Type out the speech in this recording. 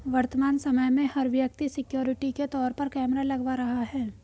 वर्तमान समय में, हर व्यक्ति सिक्योरिटी के तौर पर कैमरा लगवा रहा है